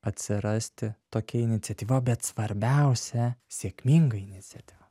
atsirasti tokia iniciatyva bet svarbiausia sėkminga iniciatyva